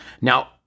Now